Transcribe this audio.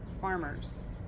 farmers